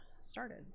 started